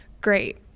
Great